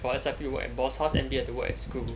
for S_I_P we worked at boss house M_P we had to work at school